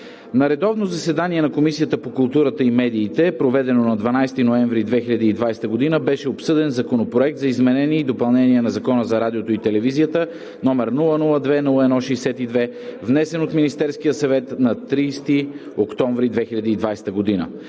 На редовно заседание на Комисията по културата и медиите, проведено на 12 ноември 2020 г., беше обсъден Законопроект за изменение и допълнение на Закона за радиото и телевизия, № 002-01-62, внесен от Министерския съвет на 30 октомври 2020 г.